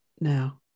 now